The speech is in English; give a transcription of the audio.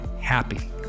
happy